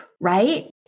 right